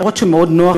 אומנם מאוד נוח,